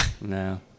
No